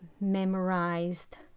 memorized